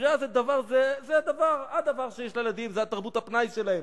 הספרייה זה הדבר שיש לילדים, זה תרבות הפנאי שלהם,